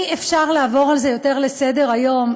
אי-אפשר לעבור על זה יותר לסדר-היום.